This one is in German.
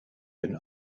bin